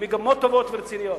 עם מגמות טובות ורציניות.